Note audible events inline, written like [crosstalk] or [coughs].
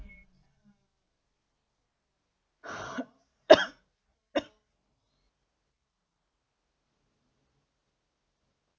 [coughs]